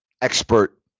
expert